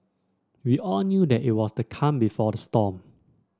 we all knew that it was the calm before the storm